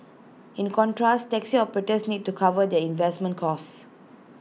in contrast taxi operators need to cover their investment costs